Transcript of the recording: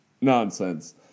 nonsense